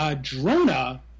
Drona